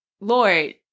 Lord